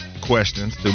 questions